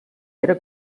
era